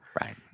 Right